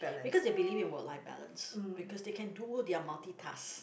because they believe in work life balance because they can do their multitasks